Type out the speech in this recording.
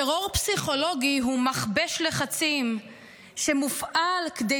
טרור פסיכולוגי הוא מכבש לחצים שמופעל כדי